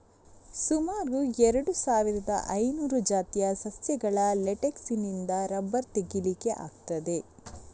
ಸುಮಾರು ಎರಡು ಸಾವಿರದ ಐನೂರು ಜಾತಿಯ ಸಸ್ಯಗಳ ಲೇಟೆಕ್ಸಿನಿಂದ ರಬ್ಬರ್ ತೆಗೀಲಿಕ್ಕೆ ಆಗ್ತದೆ